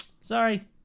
Sorry